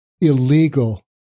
illegal